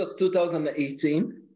2018